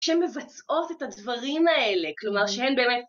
שמבצעות את הדברים האלה, כלומר שהם באמת...